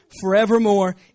forevermore